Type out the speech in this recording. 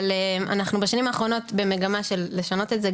אבל אנחנו בשנים האחרונות במגמה של לשנות את זה.